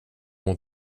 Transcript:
mot